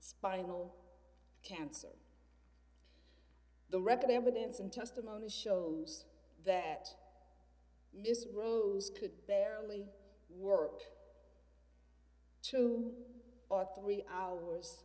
spinal cancer the record evidence and testimony shows that miss rose could barely work two or three hours